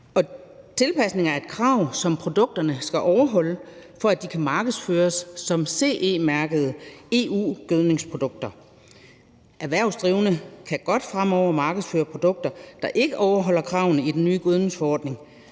tilpasningerne er et krav, som produkterne skal overholde, for at de kan markedsføres som CE-mærkede EU-gødningsprodukter. Erhvervsdrivende kan fremover godt markedsføre produkter, der ikke overholder kravene i den nye gødningsforordning,